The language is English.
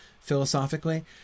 philosophically